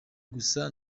gusa